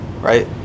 right